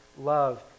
love